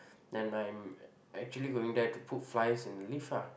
then I'm actually going there to put flyers in the lift ah